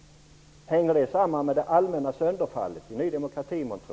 Hänger det i så fall samman med det allmänna sönderfallet i Ny demokrati månntro?